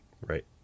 Right